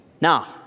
Now